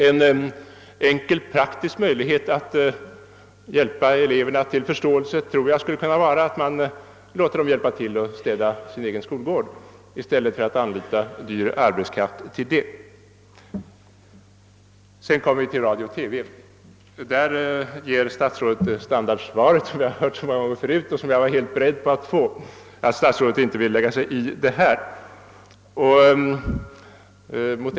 En enkel praktisk möjlighet att hjälpa eleverna till förståelse skulle nog kunna vara att låta dem hjälpa till att städa sin egen skolgård i stället för att anlita dyr arbetskraft. Sedan kommer vi till radio och TV. Statsrådet gav det standardsvar som jag hört så många gånger förut och som jag också var helt beredd på att få, nämligen att statsrådet inte vill lägga sig i frågan.